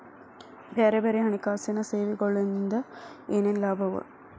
ಬ್ಯಾರೆ ಬ್ಯಾರೆ ಹಣ್ಕಾಸಿನ್ ಸೆವೆಗೊಳಿಂದಾ ಏನೇನ್ ಲಾಭವ?